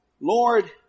Lord